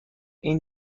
این